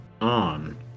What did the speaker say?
on